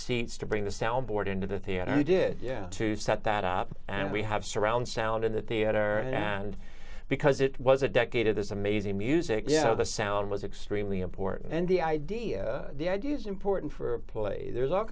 seats to bring the soundboard into the theater we did yeah to set that up and we have surround sound in the theater and because it was a decade it is amazing music yeah the sound was extremely important and the idea the idea is important for a play there's all